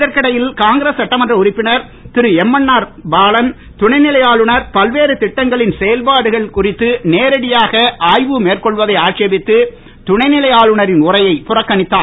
இதற்கிடையில் காங்கிரஸ் சட்டமன்ற உறுப்பினர் திருஎம்என்ஆர் பாலன் துணைநிலை ஆளுநர் பல்வேறு திட்டங்களின் செயல்பாடுகள் குறித்து நேரடியாக ஆய்வு மேற்கொள்வதை ஆட்சேபித்து துணைநிலை ஆளுநரின் உரையை புறக்கணித்தார்